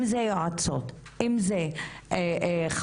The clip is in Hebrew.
אם זה יועצות,